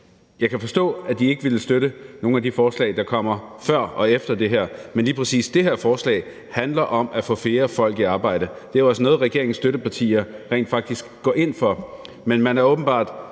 Jeg kan forstå, at de ikke ville støtte nogen af de forslag, der kommer før og efter det her, men lige præcis det her forslag handler om at få flere folk i arbejde. Det er også noget regeringens støttepartier rent faktisk går ind for, men man er åbenbart